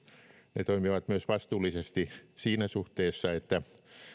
ne toimivat vastuullisesti myös siinä suhteessa että